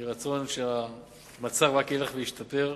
יהי רצון שהמצב רק ילך וישתפר.